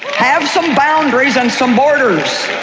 have some boundaries and some borders.